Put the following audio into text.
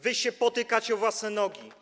Wy się potykacie o własne nogi.